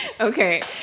Okay